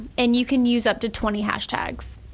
and you can use up to twenty hashtags.